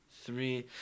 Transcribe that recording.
Three